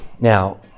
Now